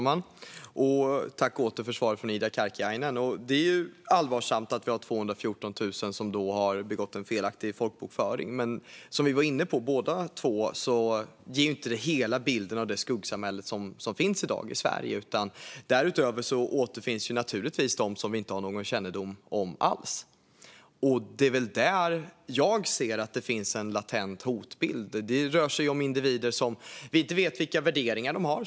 Fru talman! Jag tackar åter för svaret från Ida Karkiainen. Det är allvarligt att vi har 214 000 som har begått en felaktig folkbokföring. Men som vi var inne på båda två ger det inte hela bilden av det skuggsamhälle som finns i dag i Sverige. Därutöver finns naturligtvis de som vi inte har någon kännedom om alls. Det är väl där som jag ser att det finns en latent hotbild. Det rör sig om individer som vi inte vet vilka värderingar de har.